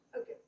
Okay